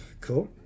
Cool